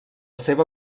seva